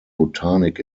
botanik